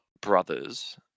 brothers